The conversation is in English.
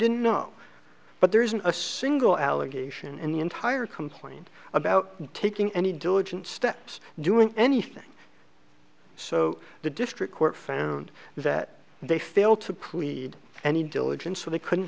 didn't know but there isn't a single allegation in the entire complaint about taking any diligent steps doing anything so the district court found that they failed to plead any diligence so they couldn't